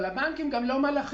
אבל הבנקים גם לא מלאכים,